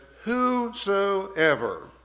whosoever